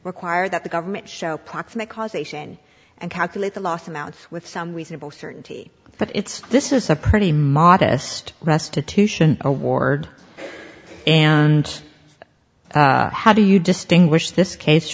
require that the government show proximate cause ation and calculate the loss amount with some reasonable certainty that it's this is a pretty modest restitution award and how do you distinguish this case